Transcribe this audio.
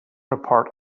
apart